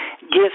gifts